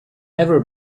ever